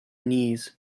knees